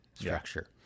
structure